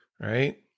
right